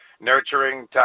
nurturing